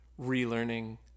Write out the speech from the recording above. relearning